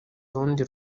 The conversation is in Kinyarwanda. urundi